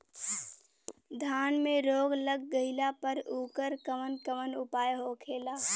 धान में रोग लग गईला पर उकर कवन कवन उपाय होखेला?